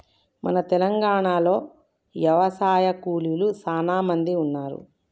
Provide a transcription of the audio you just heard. మన తెలంగాణలో యవశాయ కూలీలు సానా మంది ఉన్నారు